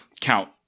count